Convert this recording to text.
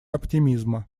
оптимизма